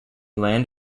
land